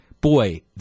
boy